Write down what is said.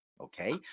okay